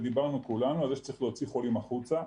ודיברנו כולנו על זה שצריך להוציא חולים החוצה.